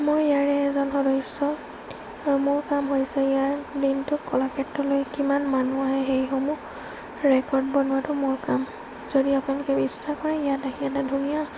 মই ইয়াৰে এজন সদস্য আৰু মোৰ কাম হৈছে ইয়াৰ দিনটোত কলাক্ষেত্ৰলৈ কিমান মানুহ আহে সেইসমূহ ৰেকৰ্ড বনোৱাটো মোৰ কাম যদি আপোনালোকে ইচ্ছা কৰে ইয়াত আহি এটা ধুনীয়া